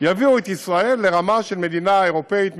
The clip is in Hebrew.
יביאו את ישראל לרמה של מדינה אירופית מתקדמת,